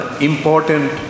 important